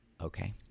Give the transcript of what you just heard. okay